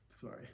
Sorry